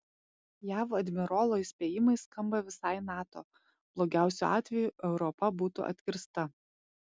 jav admirolo įspėjimai skamba visai nato blogiausiu atveju europa būtų atkirsta